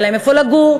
היה להם איפה לגור,